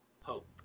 hope